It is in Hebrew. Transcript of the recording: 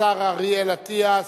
השר אריאל אטיאס,